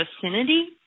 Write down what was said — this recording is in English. vicinity